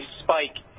spike